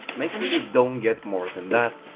make sure you don't get more than that,